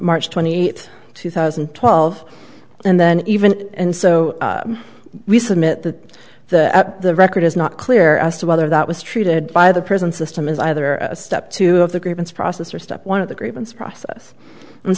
march twenty eighth two thousand and twelve and then even and so we submit that the record is not clear as to whether that was treated by the prison system is either a step too of the grievance process or step one of the grievance process and